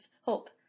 hope